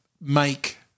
make